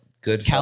good